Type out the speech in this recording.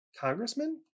Congressman